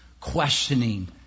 questioning